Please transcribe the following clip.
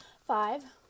five